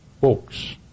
books